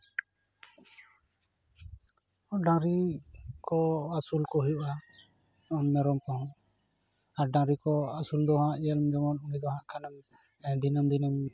ᱰᱟᱹᱝᱨᱤ ᱠᱚ ᱟᱹᱥᱩᱞ ᱠᱚ ᱦᱩᱭᱩᱜᱼᱟ ᱟᱨ ᱢᱮᱨᱚᱢ ᱠᱚᱦᱚᱸ ᱟᱨ ᱰᱟᱹᱝᱨᱤ ᱠᱚ ᱟᱹᱥᱩᱞ ᱫᱚ ᱦᱟᱸᱜ ᱧᱮᱞ ᱡᱮᱢᱚᱱ ᱩᱱᱤ ᱫᱚ ᱦᱟᱸᱜ ᱠᱷᱟᱱᱮᱢ ᱫᱤᱱᱟᱹᱢ ᱫᱤᱱᱮᱢ